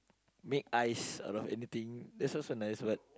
make ice around anything that's also a nice one